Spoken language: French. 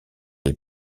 est